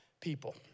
people